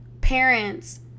parents